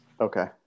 Okay